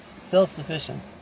self-sufficient